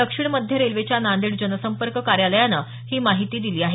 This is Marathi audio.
दक्षिण मध्य रेल्वेच्या नांदेड जनसंपर्क कार्यालयानं ही माहिती दिली आहे